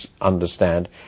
understand